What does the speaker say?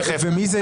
אני רוצה להקריא.